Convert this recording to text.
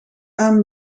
aan